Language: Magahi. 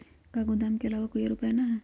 का गोदाम के आलावा कोई और उपाय न ह?